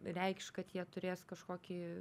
reikš kad jie turės kažkokį